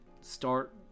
start